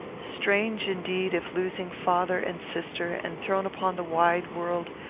strange, indeed, if, losing father and sister, and thrown upon the wide world,